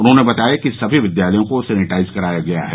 उन्होंने बताया कि सभी विद्यालयों को सैनिटाइज कराया गया है